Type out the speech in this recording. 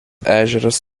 ežeras